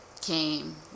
came